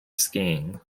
skiing